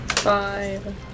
five